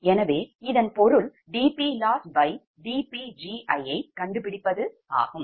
எனவே இதன் பொருள் dPLossdPgi ஐ கண்டுபிடிப்பது ஆகும்